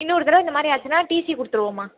இன்னொரு தடவை இந்த மாதிரி ஆச்சுன்னால் டீசி கொடுத்துருவோம்மா